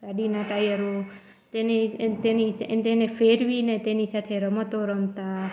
ગાડીનાં ટાયરો તેની તેની તેને ફેરવી ને તેની સાથે રમતો રમતાં